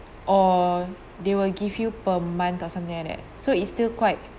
or they will give you per month or something like that so it's still quite